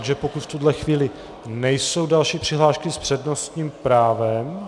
Takže pokud v tuto chvíli nejsou další přihlášky s přednostním právem...